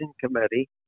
committee